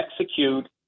execute